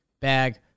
bag